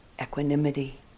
equanimity